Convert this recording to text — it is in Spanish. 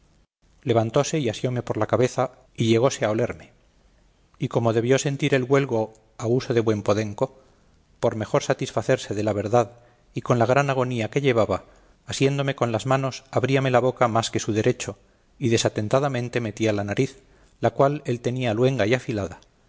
levantóse y asióme por la cabeza y llegóse a olerme y como debió sentir el huelgo a uso de buen podenco por mejor satisfacerse de la verdad y con la gran agonía que llevaba asiéndome con las manos abríame la boca más de su derecho y desatentadamente metía la nariz la cual él tenía luenga y afilada